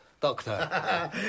Doctor